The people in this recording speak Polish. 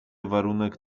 warunek